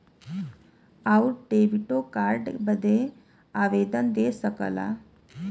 आउर डेबिटो कार्ड बदे आवेदन दे सकला